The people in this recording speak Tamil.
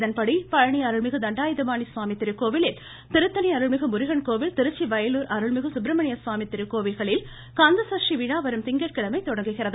இதன்படி பழனி அருள்மிகு தண்டாயுதபாணி சுவாமி திருக்கோவில் திருத்தணி அருள்மிகு முருகன் கோவில் திருச்சி வயலூர் அருள்மிகு சுப்ரமணிய சுவாமி திருக்கோவில்களில் கந்தசஷ்டி விழா வரும் திங்கட்கிழமை தொடங்குகிறது